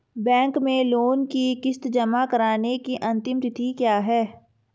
Bank में loan की किश्त जमा कराने की अंतिम तिथि क्या है?